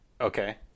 Okay